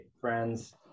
friends